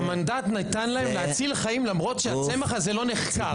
המנדט נתן להם להציל חיים למרות שהצמח הזה לא נחקר.